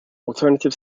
alternative